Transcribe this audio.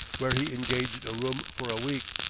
where he engaged a room for a week,